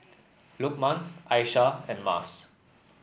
Lukman Aishah and Mas